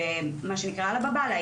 ומה שנקרא עלא באב אללה,